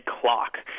clock